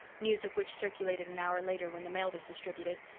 news of which circulated an hour later when the mail was distributed.